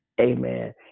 amen